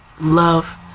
love